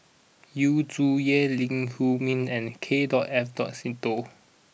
Yu Zhuye Lee Huei Min and K dot F dot Seetoh